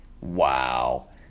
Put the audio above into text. Wow